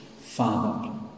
Father